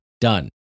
done